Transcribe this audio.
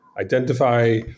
identify